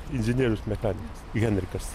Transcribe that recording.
inžinierius mechanikas henrikas